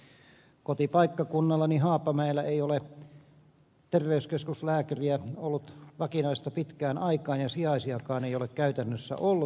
kotipaikkakunnallani haapamäellä ei ole vakinaista terveyskeskuslääkäriä ollut pitkään aikaan ja sijaisiakaan ei ole käytännössä ollut